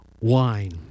wine